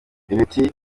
ibiti